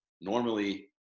normally